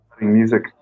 music